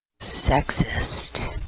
Sexist